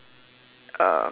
uh